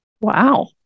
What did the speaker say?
Wow